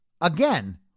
Again